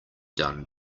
done